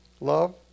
Love